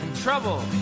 trouble